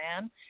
man